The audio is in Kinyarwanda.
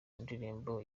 ndirimbo